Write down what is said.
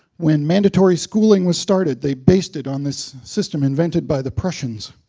when mandatory schooling was started, they based it on this system invented by the prussians.